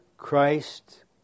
Christ